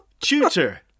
tutor